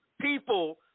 people